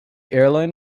airline